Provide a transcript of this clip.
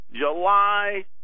July